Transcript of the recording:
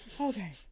Okay